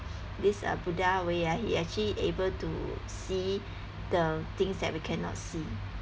this uh buddha way ah he actually able to see the things that we cannot see